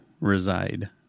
reside